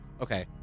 okay